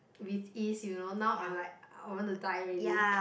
with ease you know now I'm like I want to die already